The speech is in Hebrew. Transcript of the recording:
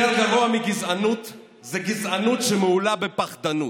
יותר גרוע מגזענות זה גזענות שמהולה בפחדנות,